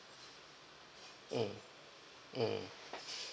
um um